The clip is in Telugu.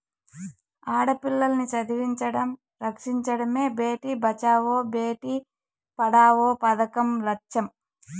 ఆడపిల్లల్ని చదివించడం, రక్షించడమే భేటీ బచావో బేటీ పడావో పదకం లచ్చెం